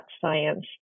science